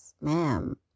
ma'am